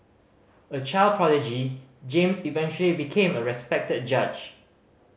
a child prodigy James eventually became a respected judge